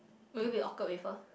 will you be awkward with her